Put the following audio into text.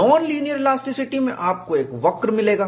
non linear elasticity में आपको एक वक्र मिलेगा